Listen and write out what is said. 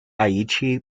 aichi